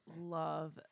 love